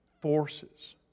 Forces